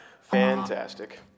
Fantastic